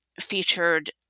featured